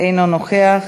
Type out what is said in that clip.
אינו נוכח.